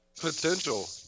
potential